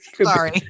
sorry